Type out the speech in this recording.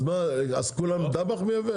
אז מה, אז כולם דב"ח מייבא?